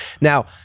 Now